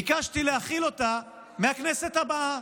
ביקשתי להחיל אותה מהכנסת הבאה.